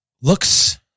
looks